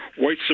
white